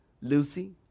Lucy